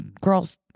girls